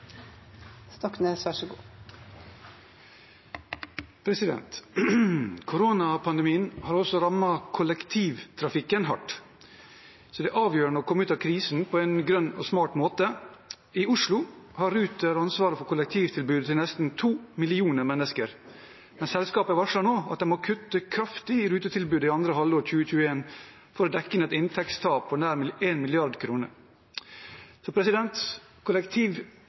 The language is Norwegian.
Koronapandemien har også rammet kollektivtrafikken hardt, så det er avgjørende å komme ut av krisen på en grønn og smart måte. I Oslo har Ruter ansvaret for kollektivtilbudet til nesten to millioner mennesker, men selskapet varsler nå at de må kutte kraftig i rutetilbudet i andre halvår 2021 for å dekke inn et inntektstap på nær